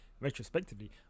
retrospectively